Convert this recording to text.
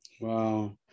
wow